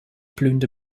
blühende